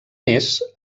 més